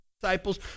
disciples